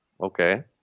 okay